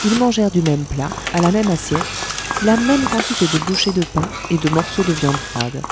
ils mangèrent du même plat à la même assiette la même quantité de bouchées de pain et de morceaux de viande froide